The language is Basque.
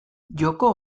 joko